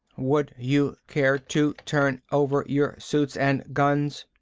would you care to turn over your suits and guns?